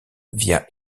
via